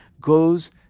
goes